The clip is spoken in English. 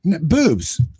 Boobs